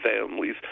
families